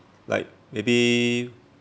like maybe